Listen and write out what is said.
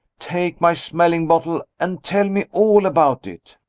take my smelling bottle, and tell me all about it.